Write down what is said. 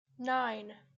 nine